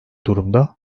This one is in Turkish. durumda